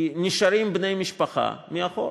כי נשארים בני משפחה מאחור,